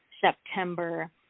September